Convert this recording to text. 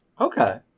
Okay